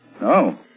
No